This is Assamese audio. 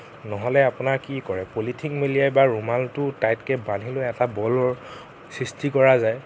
নহ'লে আপোনাৰ কি কৰে পলিথিন মেৰিয়াই বা ৰুমাল টাইটকে বান্ধি লৈ এটা বলৰ সৃষ্টি কৰা যায়